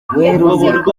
werurwe